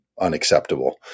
unacceptable